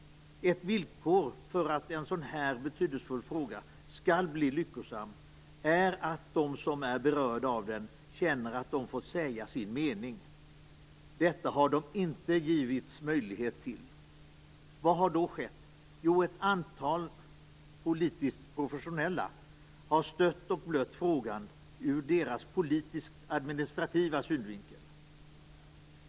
Ett villkor för att en sådan här betydelsefull fråga skall bli lyckosam är att de som är berörda av den känner att de fått säga sin mening. Detta har de inte givits möjlighet till. Vad har då skett? Jo, ett antal politiskt professionella har stött och blött frågan ur sin politiskt administrativa synvinkel.